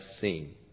seen